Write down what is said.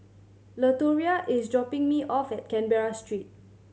Latoria is dropping me off at Canberra Street